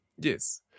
yes